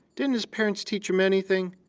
didn't his parents teach him anything?